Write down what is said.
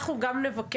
אנחנו גם נבקר.